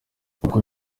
ubwo